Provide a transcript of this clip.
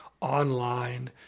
online